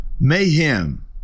Mayhem